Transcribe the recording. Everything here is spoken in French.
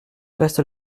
reste